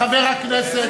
חבר הכנסת,